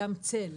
גם צל,